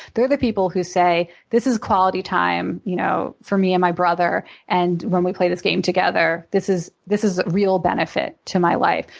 they're the people who say, this is quality time you know for me and my brother and when we play this game together. this is this is a real benefit to my life.